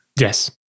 Yes